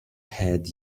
head